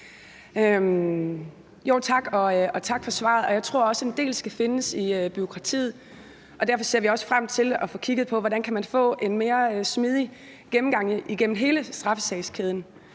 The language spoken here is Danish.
og tak for svaret. Jeg tror også, en del af løsningen skal findes i bureaukratiet, og derfor ser vi også frem til at få kigget på, hvordan man kan få en mere smidig gang igennem hele straffesagskæden.